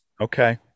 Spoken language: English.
okay